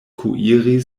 kuiri